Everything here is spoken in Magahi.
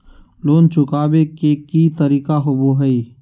लोन चुकाबे के की तरीका होबो हइ?